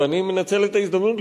ואני מנצל את ההזדמנות,